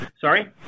Sorry